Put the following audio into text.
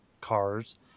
cars